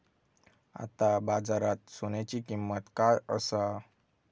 आता बाजारात सोन्याची किंमत काय असा?